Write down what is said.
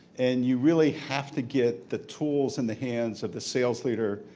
and you really have to get the tools in the hands of the sales leader,